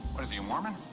what is he, a mormon?